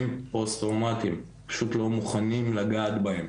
פוסט-טראומטיים פשוט לא מוכנים לגעת בהם.